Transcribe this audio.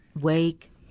wake